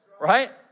right